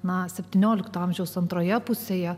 na septyniolikto amžiaus antroje pusėje